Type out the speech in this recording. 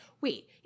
Wait